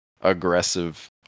aggressive